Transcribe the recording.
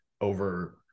over